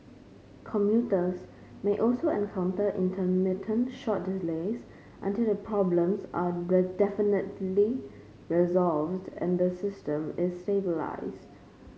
commuters may also encounter intermittent short delays until the problems are definitively resolved and the system stabilised